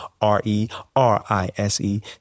r-e-r-i-s-e